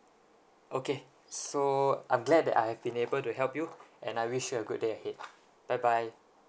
okay so I'm glad that I have been able to help you and I wish you a good day ahead bye bye